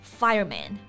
fireman